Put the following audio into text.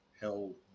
held